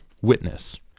witness